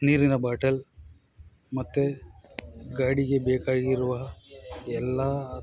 ನೀರಿನ ಬಾಟಲ್ ಮತ್ತೆ ರೈಡಿಗೆ ಬೇಕಾಗಿರುವ ಎಲ್ಲ